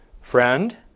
Friend